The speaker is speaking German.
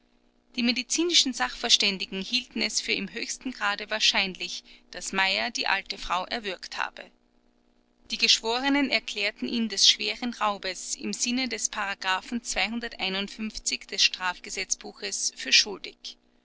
die medizinischen sachverständigen hielten es für im höchsten grade wahrscheinlich daß meyer die alte frau erwürgt habe die geschworenen erklärten ihn des schweren raubes im sinne des des strafgesetzbuches für schuldig